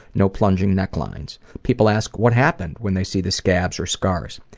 no plunging necklines. people ask what happened? when they see the scabs or scars.